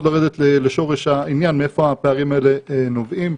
לרדת לשורש העניין מאיפה הפערים האלה נובעים.